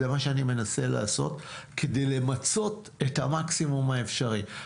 זה מה שאני מנסה לעשות כדי למצות את המקסימום האפשרי.